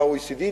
ל-OECD,